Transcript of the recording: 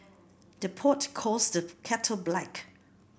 the pot calls the kettle black